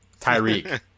tyreek